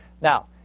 Now